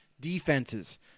defenses